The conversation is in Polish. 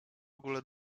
ogóle